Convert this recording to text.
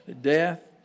Death